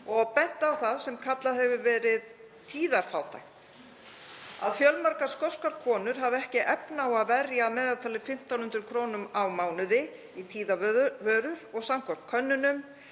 og bent á það sem kallað hefur verið tíðafátækt, að fjölmargar skoskar konur hafi ekki efni á að verja að meðaltali 1.500 kr. á mánuði í tíðavörur og samkvæmt könnunum